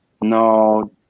No